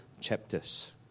chapters